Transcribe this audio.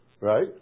right